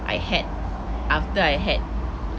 I had after I had